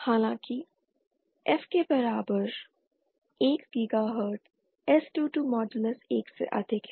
हालाँकि f के बराबर 1 गीगाहर्ट्ज़ s22 मॉडलस 1 से अधिक है